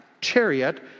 chariot